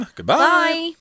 Goodbye